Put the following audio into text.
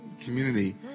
community